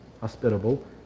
hospitable